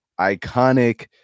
iconic